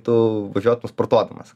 tu važiuotum sportuodamas